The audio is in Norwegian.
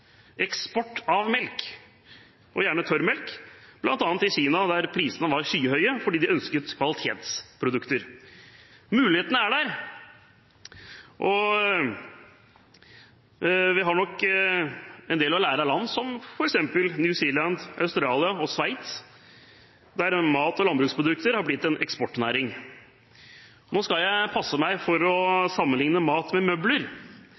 eksport av melk – gjerne tørrmelk – til bl.a. Kina, der prisene var skyhøye, fordi de ønsket seg kvalitetsprodukter. Mulighetene er der, og vi har nok en del å lære av land som f.eks. New Zealand, Australia og Sveits, der mat og landbruksprodukter har blitt en eksportnæring. Nå skal jeg passe meg for å sammenligne mat med møbler,